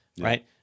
right